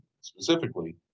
specifically